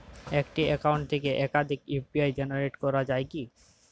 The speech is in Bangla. একটি অ্যাকাউন্ট থেকে একাধিক ইউ.পি.আই জেনারেট করা যায় কি?